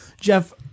Jeff